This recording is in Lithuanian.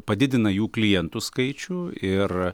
padidina jų klientų skaičių ir